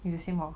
it's the same lor